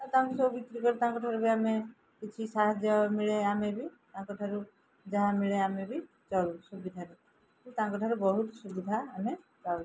ତାଙ୍କୁ ସବୁ ବିକ୍ରି କରି ତାଙ୍କଠାରୁ ବି ଆମେ କିଛି ସାହାଯ୍ୟ ମିଳେ ଆମେ ବି ତାଙ୍କଠାରୁ ଯାହା ମିଳେ ଆମେ ବି ଚଳୁ ସୁବିଧାରେ ତାଙ୍କଠାରୁ ବହୁତ ସୁବିଧା ଆମେ ପାଉ